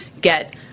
get